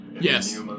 Yes